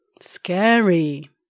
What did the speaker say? Scary